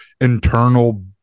internal